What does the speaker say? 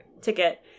ticket